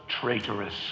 traitorous